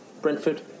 Brentford